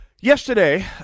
yesterday